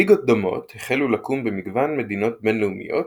ליגות דומות החלו לקום במגוון מדינות בינלאומיות,